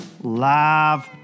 live